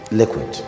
liquid